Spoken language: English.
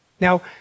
Now